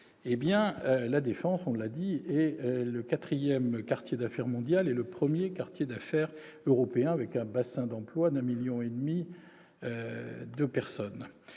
après, La Défense est le quatrième quartier d'affaires mondial et le premier quartier d'affaires européen, avec un bassin d'emploi de un million et demi de personnes.